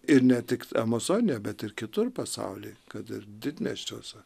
ir ne tik amazonija bet ir kitur pasauly kad ir didmiesčiuose